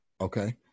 Okay